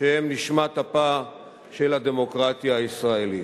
שהם נשמת אפה של הדמוקרטיה הישראלית,